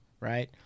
right